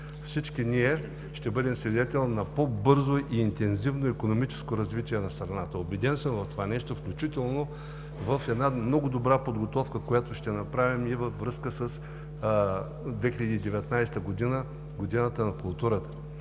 всички ние ще бъдем свидетели на по-бързо и интензивно икономическо развитие на страната. Убеден съм в това нещо, включително в една много добра подготовка, която ще направим и във връзка с 2019 г. – Годината на културата.